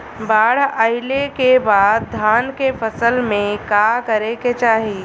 बाढ़ आइले के बाद धान के फसल में का करे के चाही?